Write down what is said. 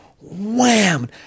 Wham